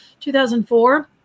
2004